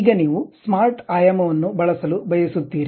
ಈಗ ನೀವು ಸ್ಮಾರ್ಟ್ ಆಯಾಮವನ್ನು ಬಳಸಲು ಬಯಸುತ್ತೀರಿ